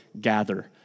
gather